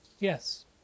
Yes